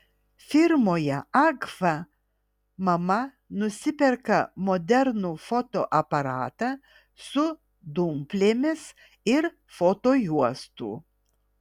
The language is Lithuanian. firmoje agfa mama nusiperka modernų fotoaparatą su dumplėmis ir fotojuostų